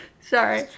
sorry